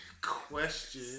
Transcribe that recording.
question